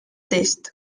test